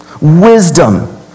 Wisdom